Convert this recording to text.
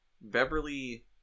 Beverly